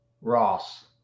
Ross